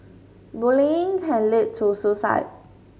bullying can lead to suicide